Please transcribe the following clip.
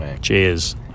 Cheers